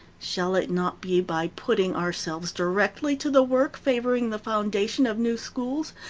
shall it not be by putting ourselves directly to the work favoring the foundation of new schools,